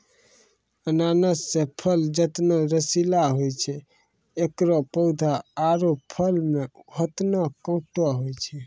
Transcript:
अनानस के फल जतना रसीला होय छै एकरो पौधा आरो फल मॅ होतने कांटो होय छै